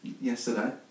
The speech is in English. Yesterday